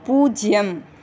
பூஜ்ஜியம்